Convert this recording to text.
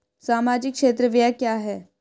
सामाजिक क्षेत्र व्यय क्या है?